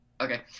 Okay